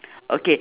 okay